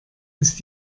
ist